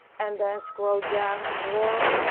and then scroll down more,